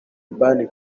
ban